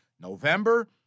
November